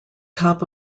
top